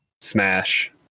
Smash